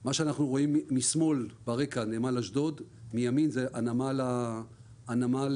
משמאל זה נמל אשדוד ומימין זה הנמל החדש,